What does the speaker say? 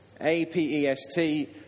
a-p-e-s-t